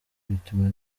bituma